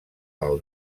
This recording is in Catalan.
del